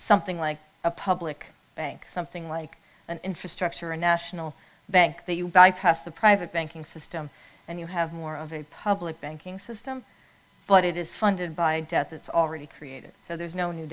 something like a public bank something like an infrastructure a national bank that you bypass the private banking system and you have more of a public banking system but it is funded by death that's already created so there's no